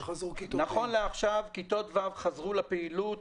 נכון לעכשיו כיתות ו' חזרו לפעילות.